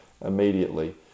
immediately